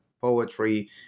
poetry